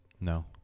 No